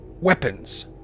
weapons